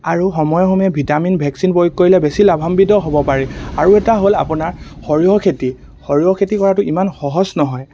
আৰু সময়ে সময়ে ভিটামিন ভেকচিন প্ৰয়োগ কৰিলে বেছি লাভান্বিত হ'ব পাৰি আৰু এটা হ'ল আপোনাৰ সৰিয়হ খেতি সৰিয়হ খেতি কৰাটো ইমান সহজ নহয়